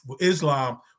Islam